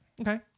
Okay